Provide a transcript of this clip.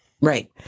Right